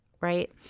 right